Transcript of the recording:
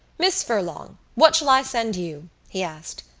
miss furlong, what shall i send you? he asked.